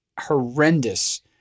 horrendous